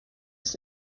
ist